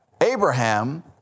Abraham